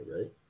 right